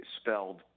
spelled